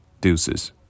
Deuces